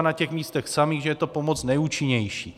Na těch místech samých že je to pomoc nejúčinnější.